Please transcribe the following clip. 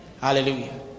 Hallelujah